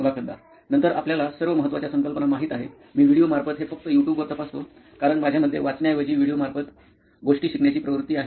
मुलाखतदार नंतर आपल्याला सर्व महत्वाच्या संकल्पना माहित आहेत मी व्हिडीओ मार्फत हे फक्त यूट्यूबवरून तपासतो कारण माझ्यामध्ये वाचण्याऐवजी व्हिडीओ मार्फत गोष्टी शिकण्याची प्रवृत्ती आहे